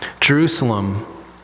Jerusalem